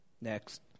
Next